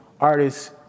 artists